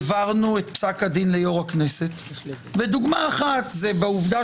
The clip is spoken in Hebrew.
העברנו את פסק הדין ליו"ר הכנסת ודוגמה אחת זה העובדה